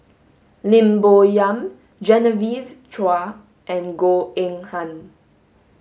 Lim Bo Yam Genevieve Chua and Goh Eng Han